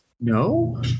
No